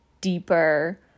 deeper